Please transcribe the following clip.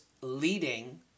leading